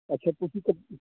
ਅੱਛਾ ਤੁਸੀਂ